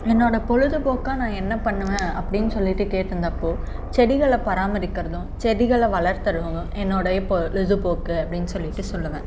என்னோடய பொழுதுப்போக்காக நான் என்ன பண்ணுவேன் அப்படின்னு சொல்லிட்டு கேட்டிருந்தப்போ செடிகளை பராமரிக்கிறதும் செடிகளை வளர்த்துறதும் என்னோடைய பொழுதுப்போக்கு அப்படின்னு சொல்லிட்டு சொல்லுவேன்